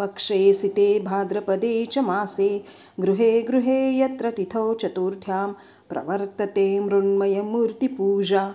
पक्षे सिते भाद्रपदे च मासे गृहे गृहे यत्र तिथौ चतुर्थ्यां प्रवर्तते मृण्मयमूर्तिपूजा